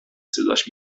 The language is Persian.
صداش